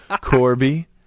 Corby